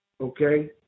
okay